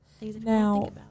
Now